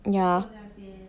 yeah